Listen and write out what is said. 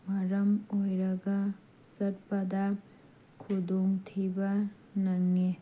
ꯃꯔꯝ ꯑꯣꯏꯔꯒ ꯆꯠꯄꯗ ꯈꯨꯗꯣꯡꯊꯤꯕ ꯅꯪꯉꯤ